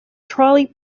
trolley